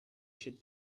should